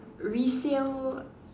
resale